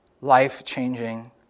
life-changing